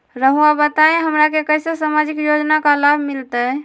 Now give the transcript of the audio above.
रहुआ बताइए हमरा के कैसे सामाजिक योजना का लाभ मिलते?